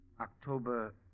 October